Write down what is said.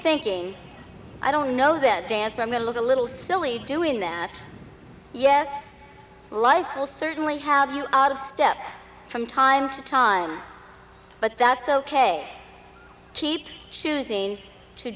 thinking i don't know the dance from your look a little silly doing that yes life will certainly have you out of step from time to time but that's ok keep choosing to